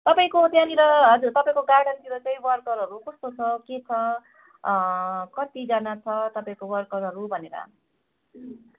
तपाईँको त्यहाँनिर हजुर तपाईँको गार्डनतिर चाहिँ वर्करहरू कस्तो छ के छ कतिजना छ तपाईँको वर्करहरू भनेर